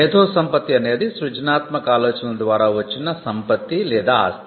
మేధోసంపత్తి అనేది సృజనాత్మక ఆలోచనల ద్వారా వచ్చిన సంపత్తిఆస్తి